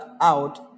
out